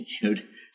continued